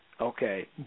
okay